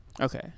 Okay